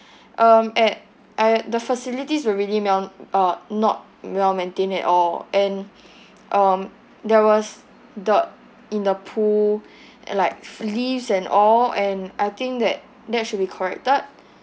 um at at the facilities were really mai~ uh not well-maintained at all and um there was dirt in the pool and like fleas and all and I think that that should be corrected